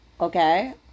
Okay